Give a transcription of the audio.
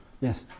Yes